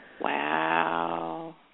Wow